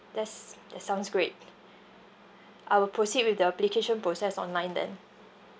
that's that sounds great I will proceed with the application process online then